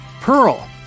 Pearl